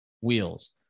wheels